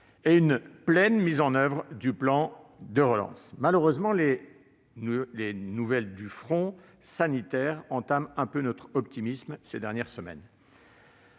et une pleine mise en oeuvre du plan de relance. Malheureusement, les nouvelles du front sanitaire entament un peu notre optimisme des dernières semaines.